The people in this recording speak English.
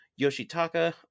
Yoshitaka